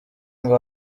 ngo